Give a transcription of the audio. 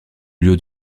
lieu